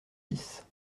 six